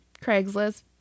Craigslist